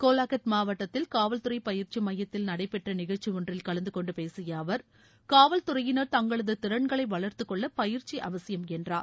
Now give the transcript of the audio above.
கோலாகட் மாவட்டத்தில் காவல்துறை பயிற்சி மையத்தில் நடைபெற்ற நிகழ்ச்சி ஒன்றில் கலந்துகொண்டு பேசிய அவர் காவல்துறையினர் தங்களது திறன்களை வளர்த்துகொள்ள பயிற்சி அவசியம் என்றார்